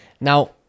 Now